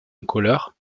incolores